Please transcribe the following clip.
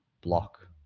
block